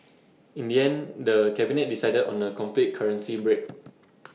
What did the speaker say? in the end the cabinet decided on A complete currency break